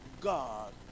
God